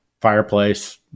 fireplace